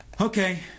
okay